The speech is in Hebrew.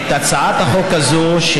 הצעת החוק הזאת,